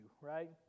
right